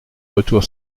retour